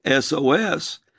SOS